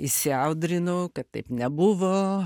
įsiaudrinu kad taip nebuvo